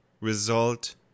result